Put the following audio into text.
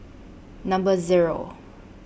Number Zero